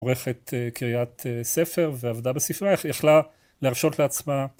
עורכת קריאת ספר ועבדה בספרייה יכלה להרשות לעצמה